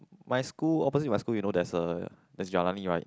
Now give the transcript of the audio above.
my school opposite my school you know there's a there's right